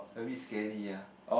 a bit scary ah